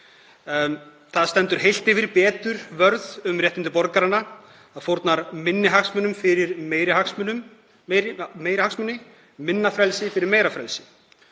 Það stendur heilt yfir betur vörð um réttindi borgaranna, það fórnar minni hagsmunum fyrir meiri hagsmuni, minna frelsi fyrir meira frelsi.